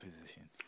position